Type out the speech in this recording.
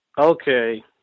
okay